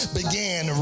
began